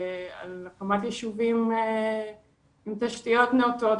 על הקמת ישובים עם תשתיות נאותות,